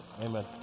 Amen